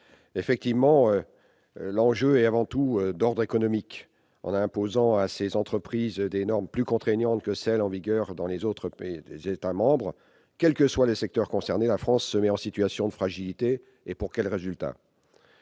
René Danesi. L'enjeu est avant tout d'ordre économique : en imposant à ses entreprises des normes plus contraignantes que celles qui sont en vigueur dans les autres États membres, quel que soit le secteur concerné, la France se met en situation de fragilité. Et pour quel résultat ?